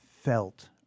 felt